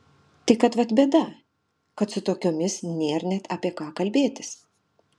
tik kad vat bėda kad su tokiomis nėr net apie ką kalbėtis